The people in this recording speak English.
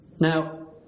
Now